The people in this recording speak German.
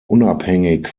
unabhängig